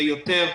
ויותר,